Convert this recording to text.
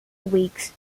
weeks